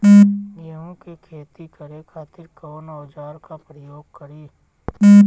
गेहूं के खेती करे खातिर कवन औजार के प्रयोग करी?